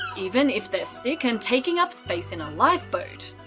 even if they're sick and taking up space in a lifeboat.